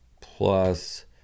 plus